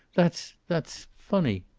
that's that's funny.